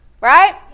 Right